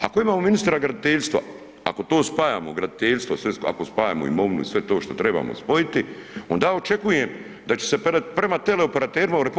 Ako imamo ministra graditeljstva, ako to spajamo graditeljstvo i sve, ako spajamo imovinu i sve to što trebamo spojiti, onda je očekujem da će se prema teleoperaterima u RH